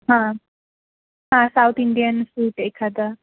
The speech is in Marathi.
हां हां साऊथ इंडियन फूट एखादा